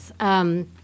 Yes